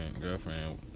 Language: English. girlfriend